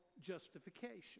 justification